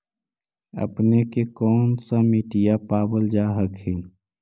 अपने के कौन सा मिट्टीया पाबल जा हखिन?